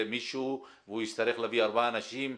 מישהו והוא יצטרך להביא ארבעה אנשים,